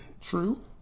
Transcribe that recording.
true